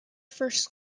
first